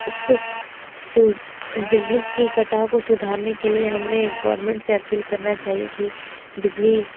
उसको बिजली की कटाव को सुधारने के लिए हमें गवर्नमेंट से अपील करना चाहिए कि बिजली